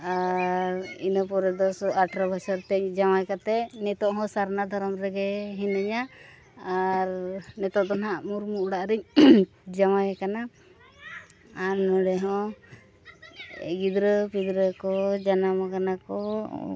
ᱟᱨ ᱤᱱᱟᱹ ᱯᱚᱨᱮ ᱫᱚ ᱟᱴᱷᱨᱚ ᱵᱚᱪᱷᱚᱨ ᱛᱮ ᱡᱟᱶᱟᱭ ᱠᱟᱛᱮᱫ ᱱᱤᱛᱚᱜ ᱦᱚᱸ ᱥᱟᱨᱱᱟ ᱫᱷᱚᱨᱚᱢ ᱨᱮᱜᱮ ᱢᱤᱱᱟᱹᱧᱟ ᱟᱨ ᱱᱤᱛᱚᱜ ᱫᱚ ᱦᱟᱸᱜ ᱢᱩᱨᱢᱩ ᱚᱲᱟᱜ ᱨᱤᱧ ᱡᱟᱶᱟᱭ ᱠᱟᱱᱟ ᱟᱨ ᱱᱚᱸᱰᱮ ᱦᱚᱸ ᱜᱤᱫᱽᱨᱟᱹ ᱯᱤᱫᱽᱨᱟᱹ ᱠᱚ ᱡᱟᱱᱟᱢ ᱠᱟᱱᱟ ᱠᱚ